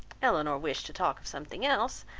elinor wished to talk of something else,